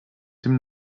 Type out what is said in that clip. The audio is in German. dem